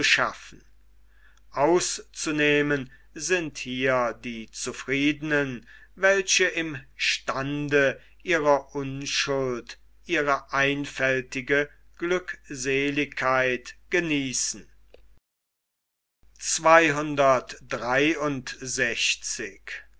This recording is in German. schaffen auszunehmen sind hier die zufriedenen welche im stande ihrer unschuld ihre einfältige glückseligkeit genießen